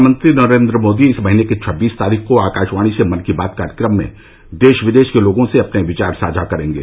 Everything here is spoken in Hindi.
प्रधानमंत्री नरेन्द्र मोदी इस महीने की छब्बीस तारीख को आकाशवाणी से मन की बात कार्यक्रम में देश विदेश के लोगों से अपने विचार साझा करेंगे